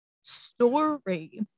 story